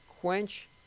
Quench